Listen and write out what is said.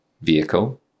vehicle